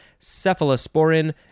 cephalosporin